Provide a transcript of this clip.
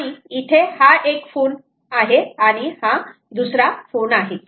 आणि इथे हा एक फोन आहे आणि हा दुसरा फोन आहे